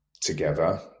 together